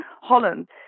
Holland